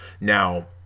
now